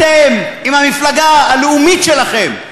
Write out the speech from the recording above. אתם, עם המפלגה הלאומית שלכם,